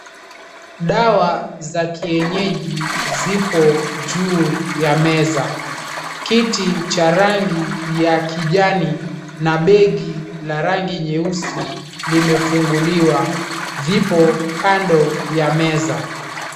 Dawa za kienyeji zipo juu ya meza. Kiti cha rangi ya kijani na begi ya rangi nyeusi limefunguliwa vipo kando ya meza.